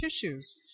tissues